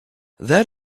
that